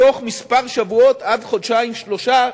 שבתוך כמה שבועות עד חודשיים שלושה,